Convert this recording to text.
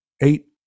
Eight